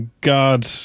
God